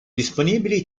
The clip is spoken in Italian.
disponibili